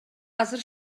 азыр